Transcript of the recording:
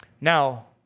Now